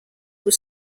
were